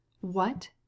What